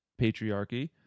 patriarchy